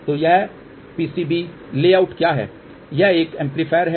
तो यह PCB layout क्या है यह एक एम्पलीफायर है